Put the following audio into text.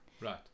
right